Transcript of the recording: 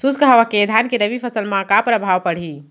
शुष्क हवा के धान के रबि फसल मा का प्रभाव पड़ही?